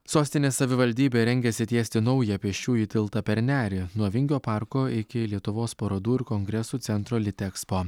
sostinės savivaldybė rengiasi tiesti naują pėsčiųjų tiltą per nerį nuo vingio parko iki lietuvos parodų ir kongresų centro litekspo